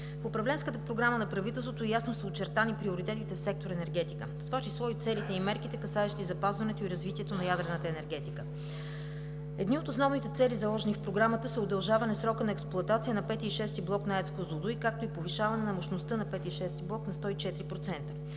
в управленската програма ясно са очертани приоритетите в сектор „Енергетика“, в това число и целите и мерките, касаещи запазването и развитието на ядрената енергетика. Едни от основните цели, заложени в програмата, са удължаване срока на експлоатация на V и VΙ блок на АЕЦ „Козлодуй“, както и повишаване на мощността на V и VΙ блок на 104%.